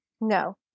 No